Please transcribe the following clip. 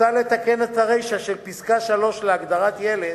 סעיף 1 לחוק המוצע מתקן את הרישא של פסקה (3) להגדרת "ילד"